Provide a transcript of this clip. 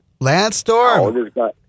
Landstorm